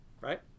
Right